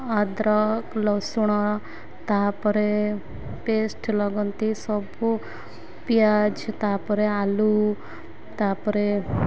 ଅଦ୍ରକ ରସୁଣ ତା'ପରେ ପେଷ୍ଟ୍ ଲଗନ୍ତି ସବୁ ପିଆଜ ତା'ପରେ ଆଳୁ ତା'ପରେ